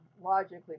logically